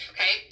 Okay